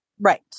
Right